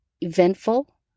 eventful